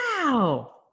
Wow